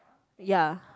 ya